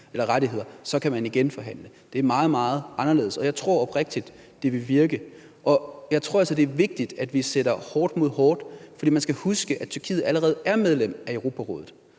rettigheder, kan man igen forhandle. Det er meget, meget anderledes, og jeg tror oprigtigt, det vil virke. Jeg tror altså, det er vigtigt, at vi sætter hårdt mod hårdt, for man skal huske, at Tyrkiet allerede er medlem af Europarådet.